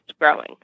growing